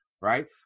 Right